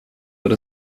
wird